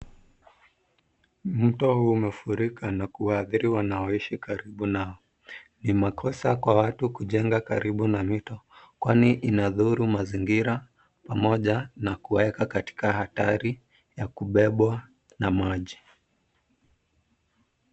Mto huu umefurika na kuwaathiri wanaoishi karibu nao. Ni makosa kwa watu kujenga karibu na mito, kwani inadhuru mazingira pamoja na kuwaeka katika hatari ya kubebwa na maji.